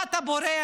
מה אתה בורח,